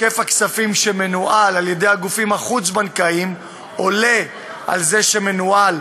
היקף הכספים שמנוהל על-ידי הגופים החוץ-בנקאיים עולה על זה שמנוהל